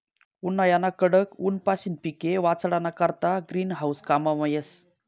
उन्हायाना कडक ऊनपाशीन पिके वाचाडाना करता ग्रीन हाऊस काममा येस